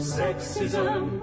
sexism